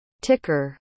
Ticker